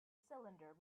cylinder